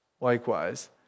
likewise